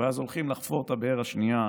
ואז הולכים לחפור את הבאר השנייה,